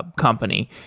um company.